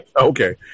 Okay